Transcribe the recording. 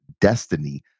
destiny